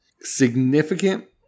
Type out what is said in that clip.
significant